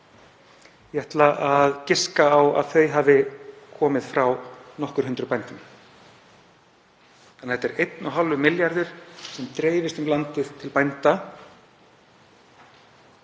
ég ætla að giska á að þau hafi komið frá nokkur hundruð bændum. Þannig að þetta er 1,5 milljarðar sem dreifast um landið til bænda.